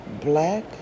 Black